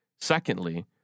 Secondly